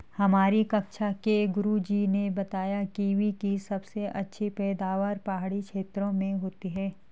हमारी कक्षा के गुरुजी ने बताया कीवी की सबसे अधिक पैदावार पहाड़ी क्षेत्र में होती है